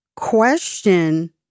question